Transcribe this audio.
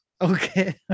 Okay